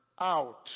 out